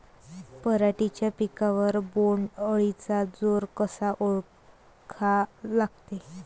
पराटीच्या पिकावर बोण्ड अळीचा जोर कसा ओळखा लागते?